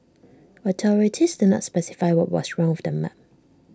authorities did not specify what was wrong with the map